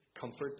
comfort